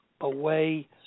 away